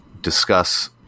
discuss